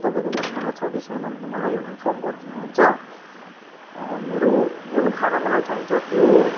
अन्त तपाईँकोमा खाना छ कि छैन भने मलाई इन्फर्म गरिदिनुहुन्छ मेरो जुन खाना मलाई चाहिन्छ त्यो